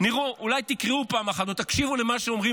אולי תקראו פעם אחת או תקשיבו למה שאומרים